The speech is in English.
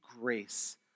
grace